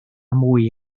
mwy